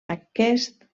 aquest